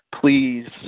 please